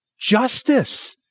Justice